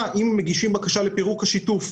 היא אם הם מגישים בקשה לפירוק השיתוף.